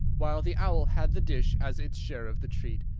while the owl had the dish as its share of the treat.